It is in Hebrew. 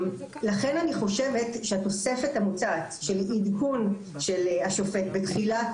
אני חושבת שהתוספת המוצעת של עדכון של השופט בתחילת